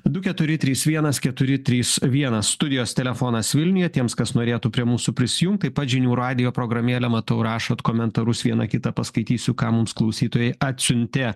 du keturi trys vienas keturi trys vienas studijos telefonas vilniuje tiems kas norėtų prie mūsų prisijungt taip pat žinių radijo programėlę matau rašot komentarus vieną kitą paskaitysiu ką mums klausytojai atsiuntė